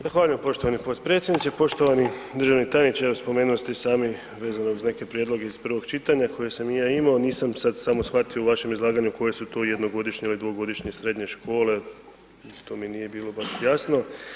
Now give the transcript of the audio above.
Zahvaljujem poštovani potpredsjedniče, poštovani državni tajniče, evo spomenuli ste i sami vezano uz neke prijedloge iz prvog čitanja koje sam i ja imao nisam sada samo shvatio u vašem izlaganju koje su jednogodišnje ili dvogodišnje srednje škole, to mi nije bilo baš jasno.